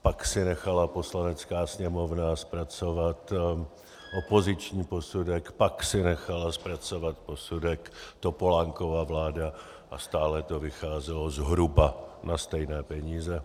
Pak si nechala Poslanecká sněmovna zpracovat opoziční posudek, pak si nechala zpracovat posudek Topolánkova vláda a stále to vycházelo zhruba na stejné peníze.